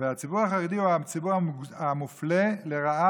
והציבור החרדי הוא ציבור המופלה לרעה